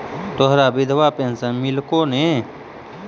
तोहरा विधवा पेन्शन मिलहको ने?